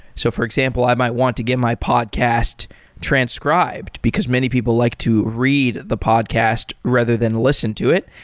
so for example, i might want to give my podcast transcribed, because many people like to read the podcast, rather than listen to it.